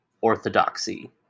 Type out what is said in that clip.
orthodoxy